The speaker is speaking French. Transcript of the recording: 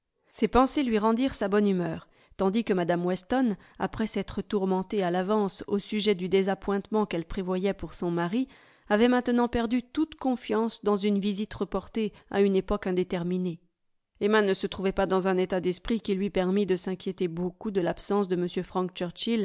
ces pensées lui rendirent sa bonne humeur tandis que mme weston après s'être tourmentée à l'avance au sujet du désappointement qu'elle prévoyait pour son mari avait maintenant perdu toute confiance dans une visite reportée à une époque indéterminée emma ne se trouvait pas dans un état d'esprit qui lui permît de s'inquiéter beaucoup de l'absence de m frank